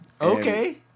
Okay